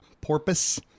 porpoise